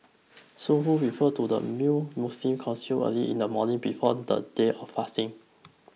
Suhoor refers to the meal Muslims consume early in the morning before the day of fasting